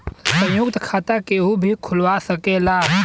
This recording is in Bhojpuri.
संयुक्त खाता केहू भी खुलवा सकेला